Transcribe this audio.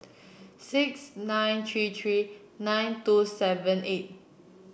six nine three three nine two seven eight